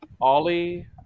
Ollie